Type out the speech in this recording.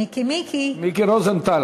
מיקי, חבר הכנסת רוזנטל.